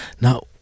Now